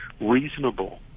reasonable